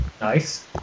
Nice